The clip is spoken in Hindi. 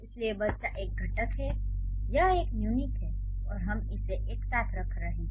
इसीलिए "बच्चा" एक घटक है यह एक यूनिट है और हम इसे एक साथ रख रहे हैं